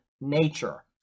nature